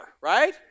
right